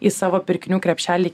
į savo pirkinių krepšelį